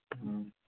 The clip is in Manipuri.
ꯎꯝ